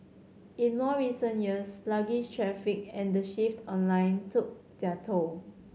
in more recent years sluggish traffic and the shift online took their toll